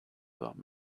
about